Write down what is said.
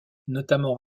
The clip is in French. notamment